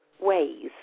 ways